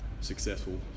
successful